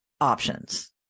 options